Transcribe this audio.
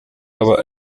aba